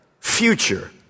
future